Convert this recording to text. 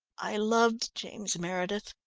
i loved james meredith,